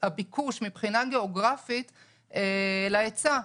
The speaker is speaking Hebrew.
הביקוש מבחינה גיאוגרפית להיצע.